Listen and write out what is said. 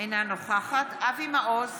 אינה נוכחת אבי מעוז,